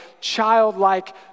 childlike